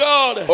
God